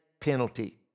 penalty